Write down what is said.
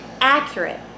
accurate